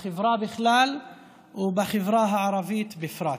בחברה בכלל ובחברה הערבית בפרט.